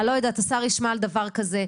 אני לא יודעת השר ישמע על דבר כזה.